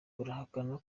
burahakana